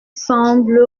semble